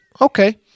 Okay